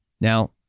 now